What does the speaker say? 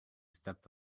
stepped